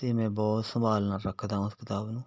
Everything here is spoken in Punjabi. ਅਤੇ ਮੈਂ ਬਹੁਤ ਸੰਭਾਲ ਨਾਲ ਰੱਖਦਾ ਉਸ ਕਿਤਾਬ ਨੂੰ